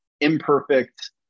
imperfect